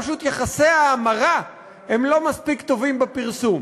פשוט יחסי ההמרה הם לא מספיק טובים בפרסום.